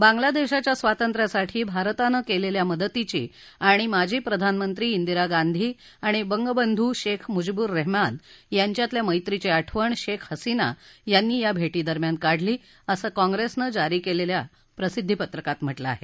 बांग्लादेशाच्या स्वातंत्र्यासाठी भारतानं केलेल्या मदतीची आणि माजी प्रधानमंत्री दिरा गांधी आणि बंगबंध् शेख म्जीब्र रेहमान यांच्यातल्या मैत्रीची आठवण शेख हसीना यांनी या भेटी दरम्यान काढली असं काँग्रेसनं जारी केलेल्या प्रसिद्धी पत्रकात म्हटलं आहे